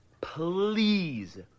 please